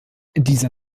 dieser